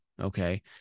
okay